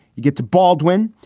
you get to baldwin,